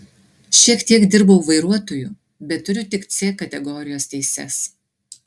šiek tiek dirbau vairuotoju bet turiu tik c kategorijos teises